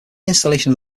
installation